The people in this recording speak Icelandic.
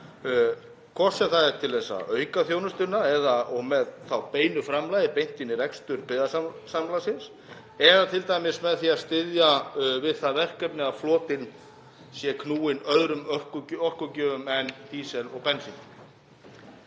hvort sem það er til að auka þjónustuna með beinu framlagi beint inn í rekstur byggðasamlagsins eða t.d. með því að styðja við það verkefni að flotinn sé knúinn öðrum orkugjöfum en dísil og bensíni?